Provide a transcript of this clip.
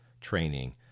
training